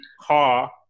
car